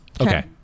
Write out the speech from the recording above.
Okay